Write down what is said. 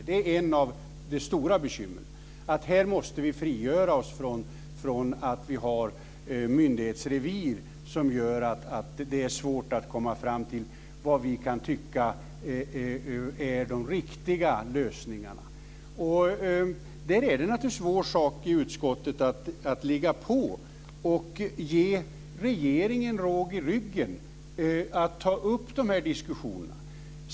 Det är en av de stora bekymren. Här måste vi frigöra oss från myndighetsrevir som gör att det är svårt att komma fram till vad vi tycker är de riktiga lösningarna. Det är naturligtvis vår sak i utskottet att ligga på och ge regeringen råg i ryggen att ta upp diskussionerna.